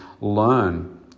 learn